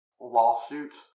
lawsuits